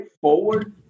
forward